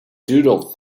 doodle